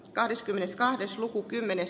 kahdeskymmeneskahdesluku kymmenes